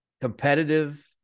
competitive